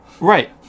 Right